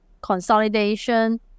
consolidation